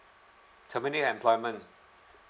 terminate employment